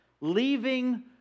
leaving